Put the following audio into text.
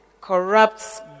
corrupts